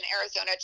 Arizona